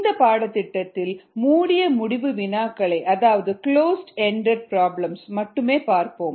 இந்த பாடத்திட்டத்தில் மூடிய முடிவு வினாக்களை அதாவது கிளோஸ்ட் எண்டெட் பிராப்ளம்ஸ் மட்டும் பார்ப்போம்